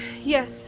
Yes